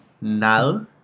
now